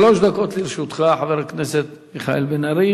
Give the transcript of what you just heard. שלוש דקות לרשותך, חבר הכנסת מיכאל בן-ארי.